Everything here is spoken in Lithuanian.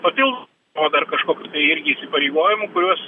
papildo o dar kažkokių tai irgi įsipareigojimų kuriuos